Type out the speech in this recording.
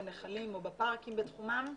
נחלים או בפארקים בתחומן,